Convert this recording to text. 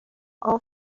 all